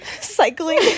cycling